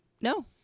No